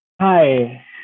Hi